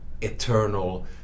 eternal